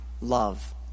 love